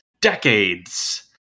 decades